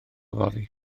fory